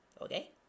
Okay